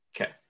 Okay